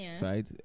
right